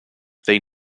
they